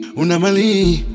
unamali